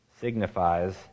signifies